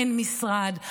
אין משרד,